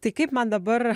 tai kaip man dabar